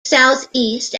southeast